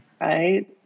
Right